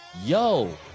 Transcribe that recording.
Yo